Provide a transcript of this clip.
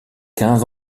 quinze